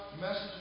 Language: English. message